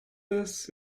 this